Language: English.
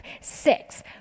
six